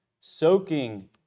soaking